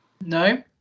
No